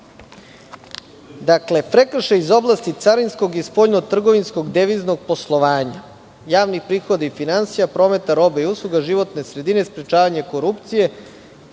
za prekršaj iz oblasti carinskog i spoljnotrgovinskog deviznog poslovanja, javnih prihoda i finansija, prometa robe i usluga, životne sredine, sprečavanje korupcije